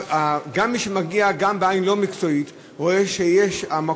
מי שמגיע רואה גם בעין לא מקצועית שהמקום